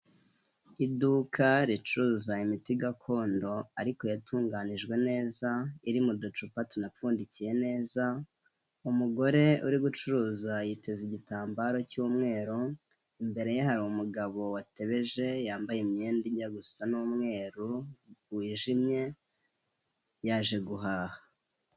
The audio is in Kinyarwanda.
Iduka ricuruza imiti gakondo ariko yatunganyijwe neza, iri mu ducupa tunapfundikiye neza umugore uri gucuruza yiteza igitambaro cy'umweru, imbere ye hari umugabo watebeje, yambaye imyenda ijya gusa n'umweru wijimye, yaje guhaha.